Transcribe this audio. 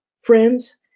Friends